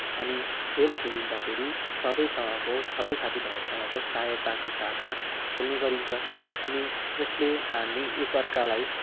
अनि खेल खेलिँदाखेरि सबैसँगको सबै साथी भाइहरूसँगको सहायताको साथमा खेल्ने गरिन्छ अनि यसले हामी एक अर्कालाई